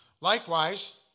Likewise